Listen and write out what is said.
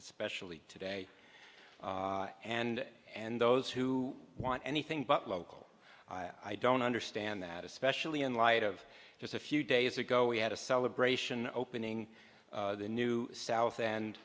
especially today and and those who want anything but local i don't understand that especially in light of just a few days ago we had a celebration opening the new south and